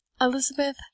Elizabeth